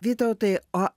vytautai o